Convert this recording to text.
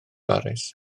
baris